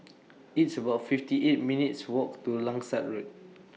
It's about fifty eight minutes' Walk to Langsat Road